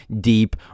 deep